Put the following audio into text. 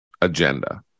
agenda